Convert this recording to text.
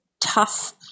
tough